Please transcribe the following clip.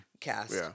cast